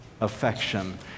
Affection